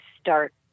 start